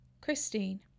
Christine